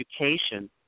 education